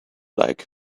like